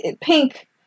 Pink